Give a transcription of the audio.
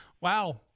Wow